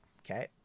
Okay